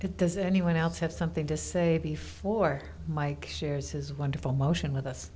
does anyone else have something to say before mike shares his wonderful motion with us